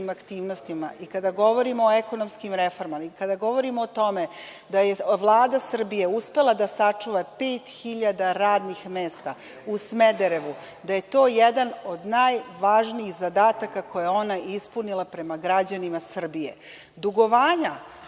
aktivnostima i kada govorimo o ekonomskim reformama i kada govorimo o tome da je Vlada Srbije uspela da sačuva pet hiljada radnih mesta u Smederevu, da je to jedan od najvažnijih zadataka koje je ona ispunila prema građanima Srbije, dugovanja